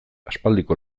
aspaldiko